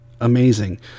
amazing